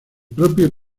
propio